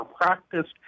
practiced